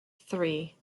three